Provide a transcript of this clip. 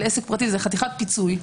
לעסק פרטי - זו חתיכת פיצוי,